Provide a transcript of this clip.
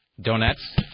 Donuts